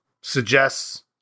suggests